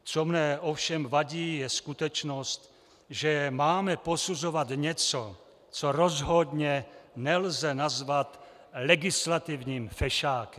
Co mi ovšem vadí, je skutečnost, že máme posuzovat něco, co rozhodně nelze nazvat legislativním fešákem.